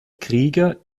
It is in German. krieger